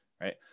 Right